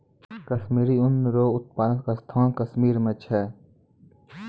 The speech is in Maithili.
कश्मीरी ऊन रो उप्तादन स्थान कश्मीर मे छै